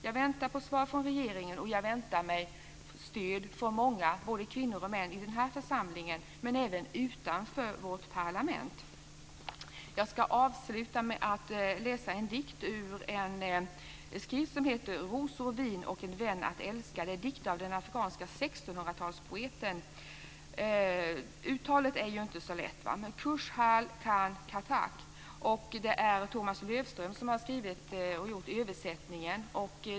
Jag väntar på svar från regeringen, och jag väntar mig stöd från många, både kvinnor och män, i denna församling men även utanför vårt parlament. Jag ska avsluta med att läsa en dikt ur en skrift som heter Rosor, vin, en vän att älska. Det är dikter av den afghanske 1600-talspoeten Khushhal Khan Khatak. Det är Tomas Löfström som har gjort översättningen.